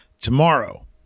Tomorrow